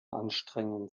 anstrengen